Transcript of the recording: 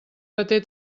paté